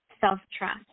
self-trust